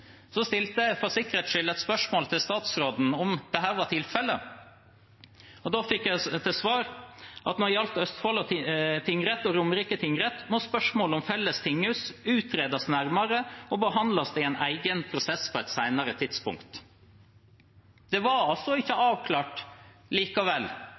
Så stilte jeg for sikkerhets skyld et spørsmål til statsråden om dette var tilfellet, og da fikk jeg til svar at når det gjaldt Østfold tingrett og Romerike tingrett, må spørsmålet om felles tinghus utredes nærmere og behandles i en egen prosess på et senere tidspunkt. Det var altså ikke avklart likevel